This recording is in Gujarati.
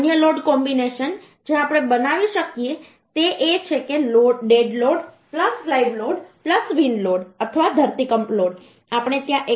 અન્ય લોડ કોમ્બિનેશન જે આપણે બનાવી શકીએ તે એ છે કે dead load live load wind load અથવા ધરતીકંપ લોડ આપણે ત્યાં 1